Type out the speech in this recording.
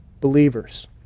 believers